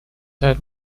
had